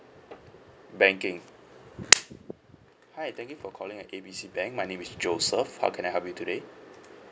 banking hi thank you for calling at A B C bank my name is joseph how can I help you today